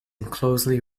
closely